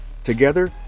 Together